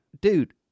dude